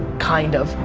kind of,